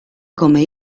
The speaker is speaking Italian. come